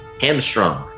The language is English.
hamstrung